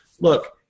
look